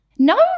No